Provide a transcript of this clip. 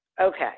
Okay